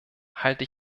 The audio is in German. halte